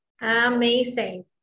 Amazing